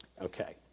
Okay